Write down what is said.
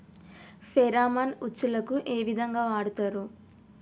Pheromone ఉచ్చులకు ఏ విధంగా వాడుతరు?